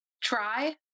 try